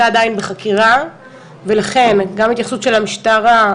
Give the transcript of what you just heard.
עדיין בחקירה ולכן גם ההתייחסות של המשטרה,